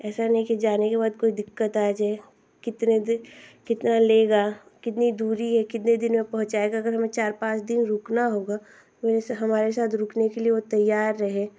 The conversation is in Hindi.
ऐसा नहीं कि जाने के बाद कोई दिक्कत आ जाए कितने दिन कितना लेगा कितनी दूरी है कितने दिन में पहुँचाएगा क्योंकि हमें चार पाँच दिन रुकना होगा वैसे हमारे साथ रुकने के लिये वो तैयार रहे